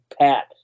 pat